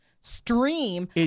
stream